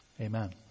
Amen